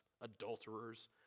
adulterers